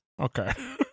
Okay